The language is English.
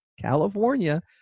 California